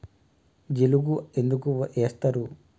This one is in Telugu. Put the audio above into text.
జిలుగు ఎందుకు ఏస్తరు?